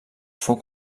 fou